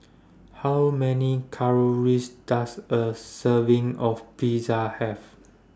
How Many Calories Does A Serving of Pizza Have